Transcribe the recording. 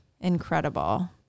incredible